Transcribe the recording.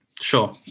Sure